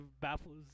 baffles